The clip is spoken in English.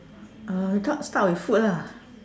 uh talk start with food lah